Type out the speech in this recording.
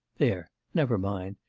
there, never mind.